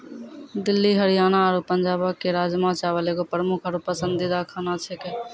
दिल्ली हरियाणा आरु पंजाबो के राजमा चावल एगो प्रमुख आरु पसंदीदा खाना छेकै